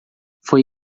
foi